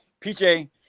PJ